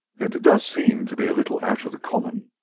it does seem to be a little out of the common,